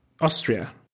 Austria